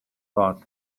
thought